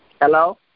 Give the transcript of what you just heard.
Hello